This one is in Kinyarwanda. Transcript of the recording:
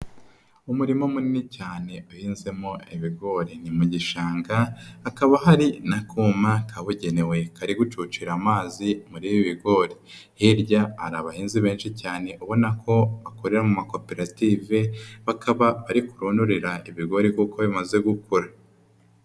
Umurima munini cyane uhinzemo ibigori ni mu gishanga hakaba hari n'akuma kabugenewe kari gucucira amazi muri ibi bigori, hirya hari abahinzi benshi cyane ubona ko bakorera mu makoperative bakaba bari kuronorera ibigori kuko bimaze gukura.